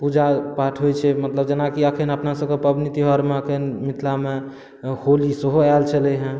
पूजा पाठ होइ छै मतलब जेनाकि अखन अपना सभके पाबनि तिवहार मे अखन मिथिला मे होली सेहो आयल छलै हँ